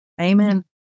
Amen